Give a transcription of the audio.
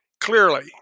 Clearly